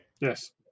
Yes